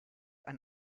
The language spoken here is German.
ein